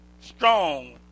strong